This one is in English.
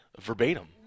verbatim